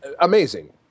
amazing